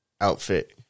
outfit